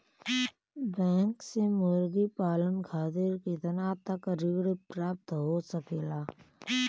Bank से मुर्गी पालन खातिर कितना तक ऋण प्राप्त हो सकेला?